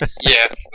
Yes